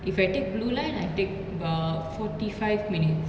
if I take blue line I take about forty five minutes